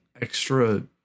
extra